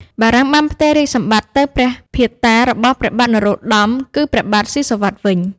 បារាំងបានផ្ទេររាជសម្បត្តិទៅព្រះភាតារបស់ព្រះបាទនរោត្តម គឺព្រះបាទស៊ីសុវត្ថិវិញ។